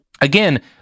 again